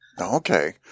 Okay